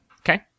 Okay